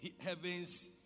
Heavens